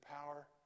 power